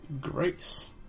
Grace